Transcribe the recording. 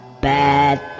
bad